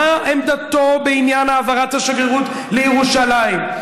מה עמדתו בעניין העברת השגרירות לירושלים,